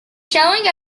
showing